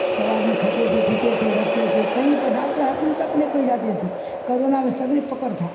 سب آدمی کھاتے تھے پیتے تھے رکھتے تھے کہیں پر ڈاکٹر حکیم تک نہیں کہیں جاتے تھے کرونا میں سکری پکڑ تھا